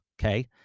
Okay